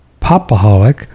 popaholic